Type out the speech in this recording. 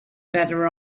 better